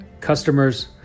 customers